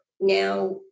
now